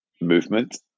Movement